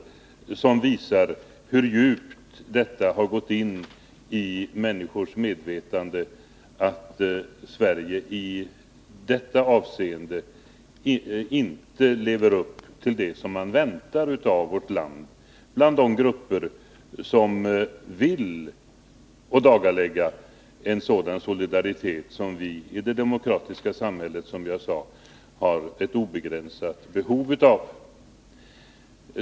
Härav framgår hur djupt det har gått in i människors medvetande att Sverige i detta avseende inte lever upp till det som man förväntar sig av vårt land bland de grupper som vill ådagalägga en sådan solidaritet som vi i det demokratiska samhället — som jag sade — har ett obegränsat behov av.